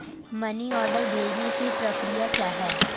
Money order भेजने की प्रक्रिया क्या है?